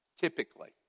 typically